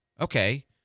okay